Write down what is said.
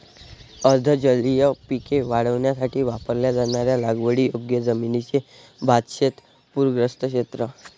अर्ध जलीय पिके वाढवण्यासाठी वापरल्या जाणाऱ्या लागवडीयोग्य जमिनीचे भातशेत पूरग्रस्त क्षेत्र